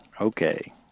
Okay